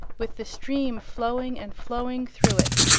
with the stream flowing and flowing through it,